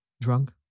drunk